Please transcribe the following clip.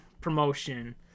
promotion